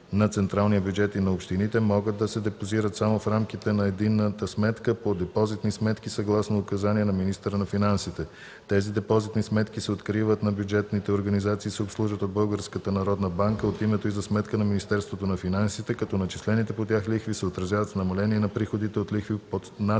на централния бюджет и на общините, могат да се депозират само в рамките на единната сметка по депозитни сметки съгласно указания на министъра на финансите. Тези депозитни сметки се откриват на бюджетните организации и се обслужват от Българската народна банка от името и за сметка на Министерството на финансите, като начислените по тях лихви се отразяват в намаление на приходите от лихви на централния